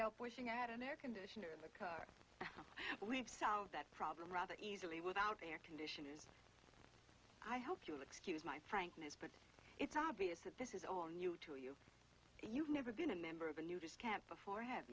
pushing at an air conditioner in the car believe solve that problem rather easily without air conditioning i hope you'll excuse my frankness but it's obvious that this is all new to you you've never been a member of a nudist camp before have